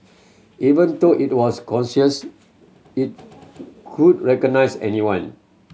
even though it was conscious he couldn't recognise anyone